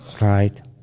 Right